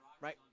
right